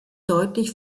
deutlich